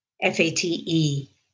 F-A-T-E